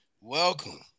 Welcome